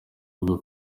bwo